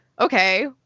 okay